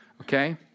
okay